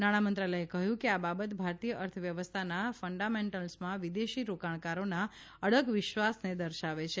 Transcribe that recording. નાણાં મંત્રાલયે કહ્યું કે આ બાબત ભારતીય અર્થવ્યવસ્થાના ફંડામેન્ટલ્સમાં વિદેશી રોકાણકારોના અડગ વિશ્વાસને દર્શાવે છે